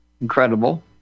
Incredible